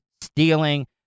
stealing